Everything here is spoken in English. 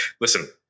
listen